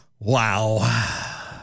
Wow